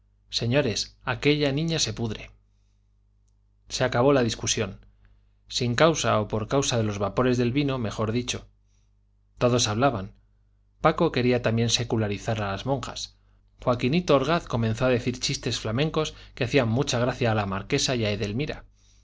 señores aquella niña se pudre se acabó la discusión sin causa o por causa de los vapores del vino mejor dicho todos hablaban paco quería también secularizar a las monjas joaquinito orgaz comenzó a decir chistes flamencos que hacían mucha gracia a la marquesa y a edelmira